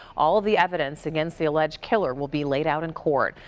all of the evidence against the alleged killer will be laid out in court.